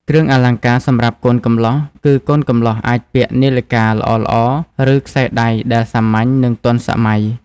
គ្រឿងអលង្ការសម្រាប់កូនកំលោះគឺ កូនកំលោះអាចពាក់នាឡិកាល្អៗ ឬ ខ្សែដៃដែលសាមញ្ញ និង ទាន់សម័យ។